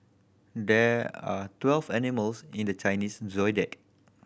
there are twelve animals in the Chinese Zodiac